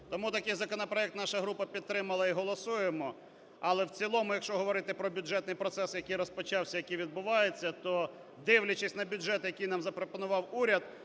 Тому такий законопроект наша група підтримала і голосуємо. Але в цілому, якщо говорити про бюджетний процес, який розпочався, який відбувається, то, дивлячись на бюджет, який нам запропонував уряд,